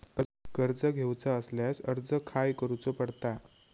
कर्ज घेऊचा असल्यास अर्ज खाय करूचो पडता?